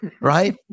right